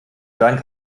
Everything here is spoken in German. dank